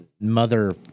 mother